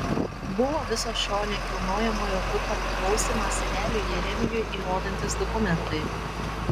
buvo viso šio nekilnojamojo turto priklausymą seneliui jeremijui įrodantys dokumentai